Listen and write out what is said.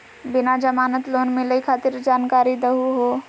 बिना जमानत लोन मिलई खातिर जानकारी दहु हो?